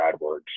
AdWords